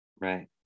right